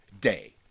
Day